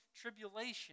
tribulation